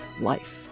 life